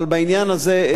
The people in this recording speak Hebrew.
אבל בעניין הזה,